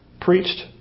preached